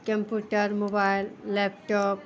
computer mobile laptop